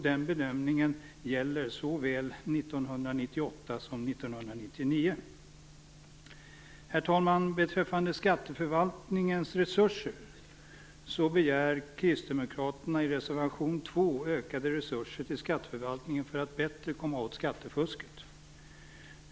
Den bedömningen gäller för såväl 1998 Herr talman! Kristdemokraterna begär i reservation 2 ökade resurser till skatteförvaltningen för att man bättre skall komma åt skattefusket.